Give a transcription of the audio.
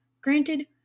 granted